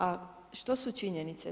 A što su činjenice?